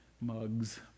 mugs